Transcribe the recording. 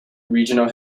regional